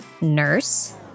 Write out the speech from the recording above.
nurse